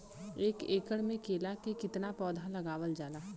एक एकड़ में केला के कितना पौधा लगावल जाला?